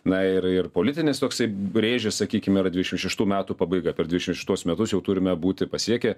na ir ir politinis toksai brėžis sakykim yra dvidešimt šeštų metų pabaiga per dvidešimt šeštuosius metus jau turime būti pasiekę